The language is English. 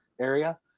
area